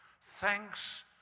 Thanks